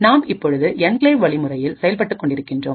நாம் இப்பொழுது என்கிளேவ் வழிமுறையில் செயல்பட்டுக் கொண்டிருக்கிறோம்